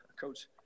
Coach